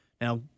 Now